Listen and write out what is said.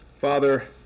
Father